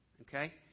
Okay